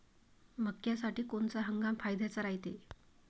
मक्क्यासाठी कोनचा हंगाम फायद्याचा रायते?